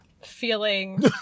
feeling